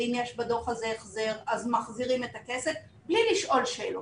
אם יש בדוח הזה החזר אז מחזירים את הכסף בלי לשאול שאלות,